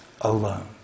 alone